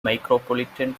micropolitan